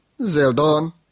zeldon